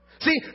See